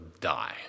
die